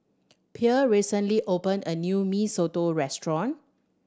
Pierre recently opened a new Mee Soto restaurant